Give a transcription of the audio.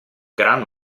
gran